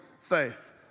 faith